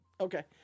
Okay